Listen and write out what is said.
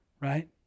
right